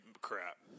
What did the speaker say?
crap